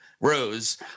Rose